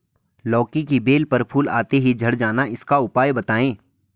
लौकी की बेल पर फूल आते ही झड़ जाना इसका उपाय बताएं?